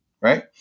right